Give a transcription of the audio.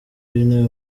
w’intebe